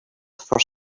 for